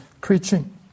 preaching